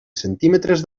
centímetres